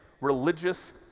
religious